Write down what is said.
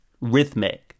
rhythmic